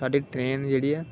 साढ़े ट्रेन जेहड़ी ऐ